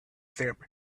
them